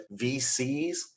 VCs